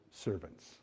servants